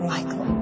Michael